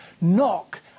Knock